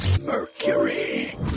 Mercury